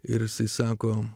ir jisai sako